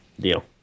Deal